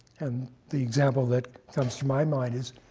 and the example that comes to my mind is,